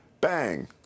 bang